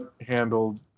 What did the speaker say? handled